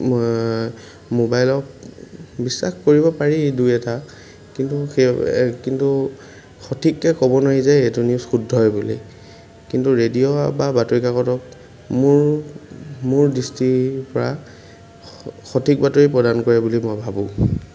মোবাইলক বিশ্বাস কৰিব পাৰি দুই এটাক কিন্তু কিন্তু সঠিককৈ ক'ব নোৱাৰি যে এইটো নিউজ শুদ্ধই বুলি কিন্তু ৰেডিঅ' বা বাতৰিকাকতক মোৰ মোৰ দৃষ্টিৰপৰা সঠিক বাতৰি প্ৰদান কৰে বুলি মই ভাবোঁ